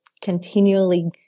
continually